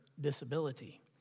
disability